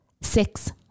Six